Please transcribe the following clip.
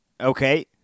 Okay